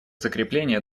закрепления